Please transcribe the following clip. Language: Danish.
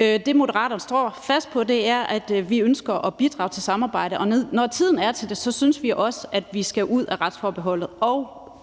Det, Moderaterne står fast på, er, at vi ønsker at bidrage til samarbejde, og når tiden er til det, synes vi også, at vi skal ud af retsforbeholdet og